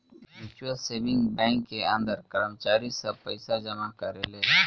mutual saving bank के अंदर कर्मचारी सब पइसा जमा करेले